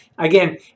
Again